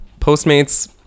postmates